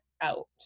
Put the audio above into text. out